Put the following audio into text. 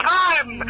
time